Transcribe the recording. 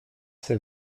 ces